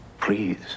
Please